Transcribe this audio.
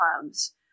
clubs